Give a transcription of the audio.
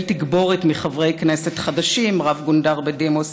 תגבורת מחברי כנסת חדשים: רב-גונדר בדימוס,